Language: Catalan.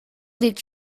dic